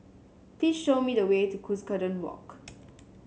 please show me the way to Cuscaden Walk